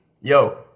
yo